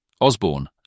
Osborne